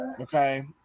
Okay